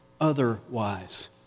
otherwise